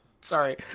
sorry